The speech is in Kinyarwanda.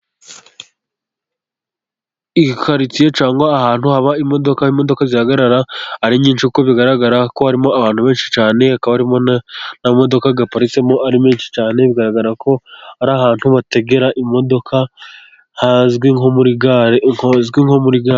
Karitsiye cyangwa ahantu haba imodoka imodoka zihagarara ari nyinshi, kuko bigaragarako harimo abantu benshi cyane hakaba harimo n'amamodoka aparitsemo ari menshi cyane, bigaragarako ari ahantu bategera imodoka hazwi nko muri gare.